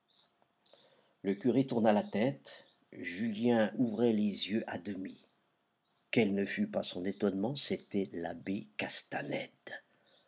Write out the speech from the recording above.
le curé tourna la tête julien ouvrait les yeux à demi quel ne fut pas son étonnement c'était l'abbé castanède